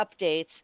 updates